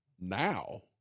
Now